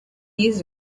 years